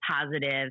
positive